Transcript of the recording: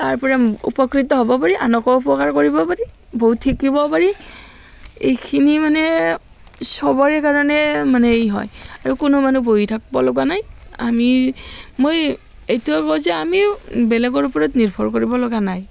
তাৰ পৰা উপকৃত হ'ব পাৰি আনকো উপকাৰ কৰিব পাৰি বহুত শিকিবও পাৰি এইখিনি মানে চবৰে কাৰণে মানে ই হয় আৰু কোনো মানুহ বহি থাকিব লগা নাই আমি মই এইটোৱে কওঁ যে আমিও বেলেগৰ ওপৰত নিৰ্ভৰ কৰিব লগা নাই